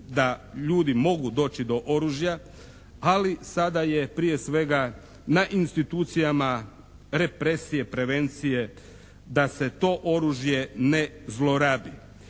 da ljudi mogu doći do oružja ali sada je prije svega na institucijama represije, prevencije da se to oružje ne zlorabi.